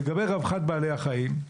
לגבי רווחת בעלי החיים,